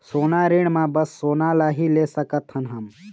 सोना ऋण मा बस सोना ला ही ले सकत हन हम?